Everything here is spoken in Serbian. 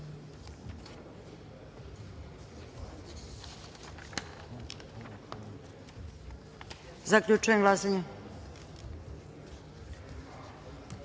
Zaključujem glasanje: